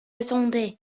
attendaient